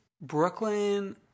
Brooklyn